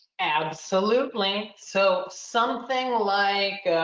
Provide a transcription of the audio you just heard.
absolutely. so something like,